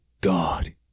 God